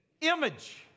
image